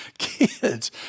kids